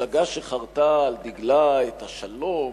מפלגה שחרתה על דגלה את השלום